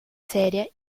serie